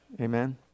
Amen